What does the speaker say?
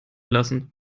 lassen